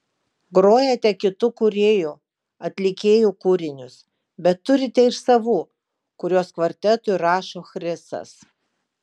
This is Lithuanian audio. grojate kitų kūrėjų atlikėjų kūrinius bet turite ir savų kuriuos kvartetui rašo chrisas